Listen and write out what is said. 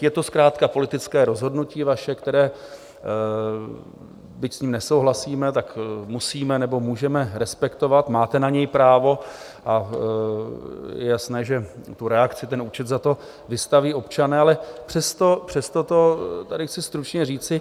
Je to zkrátka politické rozhodnutí vaše, které, byť s ním nesouhlasíme, tak musíme nebo můžeme respektovat, máte na něj právo, a je jasné, že tu reakci, ten účet za to vystaví občané, ale přesto to tady chci stručně říci.